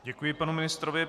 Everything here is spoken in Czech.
Děkuji panu ministrovi.